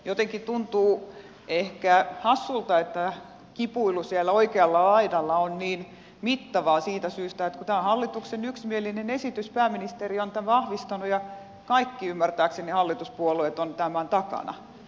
jotenkin tuntuu ehkä hassulta että kipuilu siellä oikealla laidalla on niin mittavaa siitä syystä kun tämä on hallituksen yksimielinen esitys pääministeri on tämän vahvistanut ja ymmärtääkseni kaikki hallituspuolueet ovat tämän takana